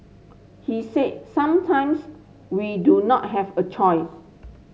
he said sometimes we do not have a choice